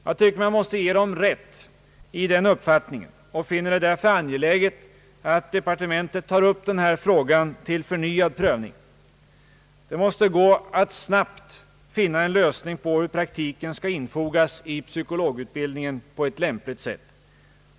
Jag tycker att man måste ge förbundet rätt i den uppfattningen och finner det därför angeläget att departementet tar upp denna fråga till förnyad prövning. Det måste gå att snabbt finna en lösning på hur praktiken på ett lämpligt sätt skall infogas i psykologutbildningen.